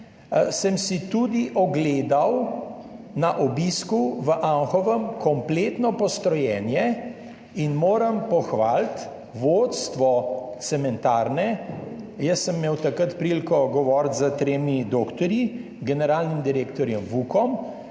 tudi ogledal na obisku v Anhovem kompletno postrojenje in moram pohvaliti vodstvo cementarne. Jaz sem imel takrat priliko govoriti s tremi doktorji, generalnim direktorjem Vukom,